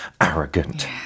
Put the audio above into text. arrogant